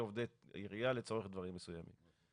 המהות של חוק הארנונה היא שבן אדם אחד חושב שזה השטח והשני חושב אחרת.